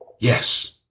Yes